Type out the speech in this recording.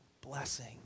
blessing